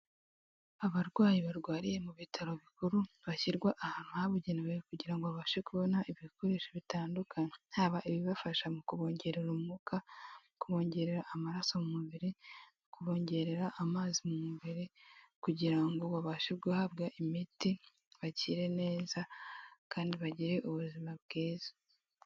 Abarwayi barwariye mu bitaro bikuru bashyirwa ahantu habugenewe kugira ngo babashe kubona ibikoresho bitandukanye. Haba ibibafasha mu kubongerera umwuka, kubongerera amaraso mu mubiri, kubongerera amazi mu mubiri kugira ngo babashe guhabwa imiti bakire neza kandi bagire ubuzima bwiza.